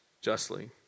justly